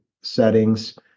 settings